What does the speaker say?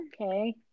Okay